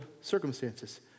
circumstances